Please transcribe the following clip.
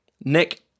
Nick